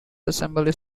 assembly